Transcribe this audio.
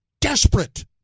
desperate